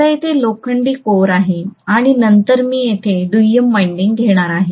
आता येथे लोखंडी कोअर आहे आणि नंतर मी येथे दुय्यम वाइंडिंग घेणार आहे